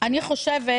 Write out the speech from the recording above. אני חושבת